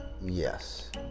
Yes